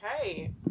Okay